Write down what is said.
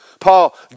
Paul